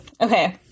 Okay